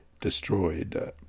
destroyed